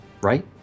Right